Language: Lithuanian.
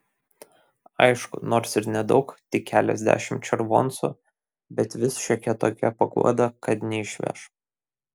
aišku nors ir nedaug tik keliasdešimt červoncų bet vis šiokia tokia paguoda kad neišveš